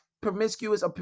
promiscuous